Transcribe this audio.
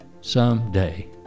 someday